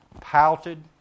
pouted